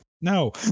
No